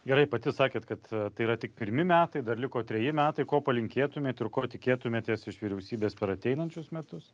gerai pati sakėt kad tai yra tik pirmi metai dar liko treji metai ko palinkėtumėt ir ko tikėtumėtės iš vyriausybės per ateinančius metus